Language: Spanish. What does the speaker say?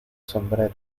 sombrero